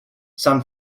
san